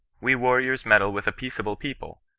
we warriors meddle with a peaceable people!